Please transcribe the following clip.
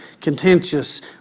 contentious